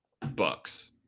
bucks